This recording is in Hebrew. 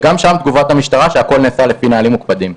גם שם תגובת המשטרה היא שהכול נעשה לפי נהלים מוקפדים.